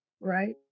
right